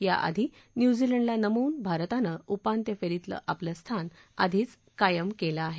याआधी न्यूझीलंडला नमवून भारतानं उपांत्यफेरीतलं आपलं स्थान आधीच कायम केलं आहे